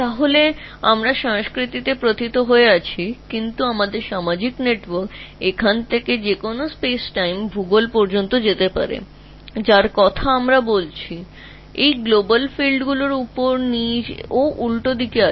সুতরাং আমরা সংস্কৃতিতে আবদ্ধ আছি তবে আমরা আমাদের সোশ্যাল নেটওয়ার্কটি এই জায়গা থেকে যে কোন জায়গায় নিয়ে যেতে পারি জ্যামিতিক স্পেস সময় এবং এই বিশ্বব্যাপী ক্ষেত্রগুলির উপর নীচ এবং নীচ উপর প্রবাহ রয়েছে